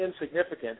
insignificant